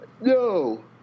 No